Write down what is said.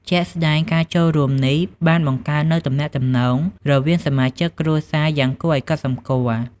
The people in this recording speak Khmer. ជាក់ស្តែង ការចូលរួមនេះបាន បង្កើនទំនាក់ទំនង រវាងសមាជិកគ្រួសារយ៉ាងគួរឱ្យកត់សម្គាល់។